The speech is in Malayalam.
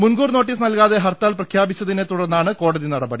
മുൻകൂർ നോട്ടീസ് നൽകാതെ ഹർത്താൽ പ്രഖ്യാപിച്ചതിനെ തുടർന്നാണ് കോടതി നടപടി